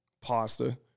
pasta